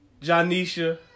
Janisha